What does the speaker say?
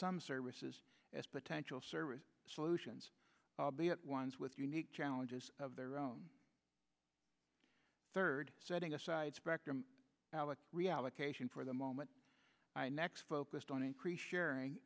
some services as potential service solutions ones with unique challenges of their own third setting aside spectrum alex reallocation for the moment i next focused on increased sharing